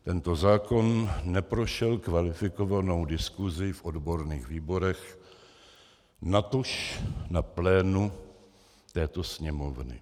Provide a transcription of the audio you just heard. Tento zákon neprošel kvalifikovanou diskusí v odborných výborech, natož na plénu této Sněmovny.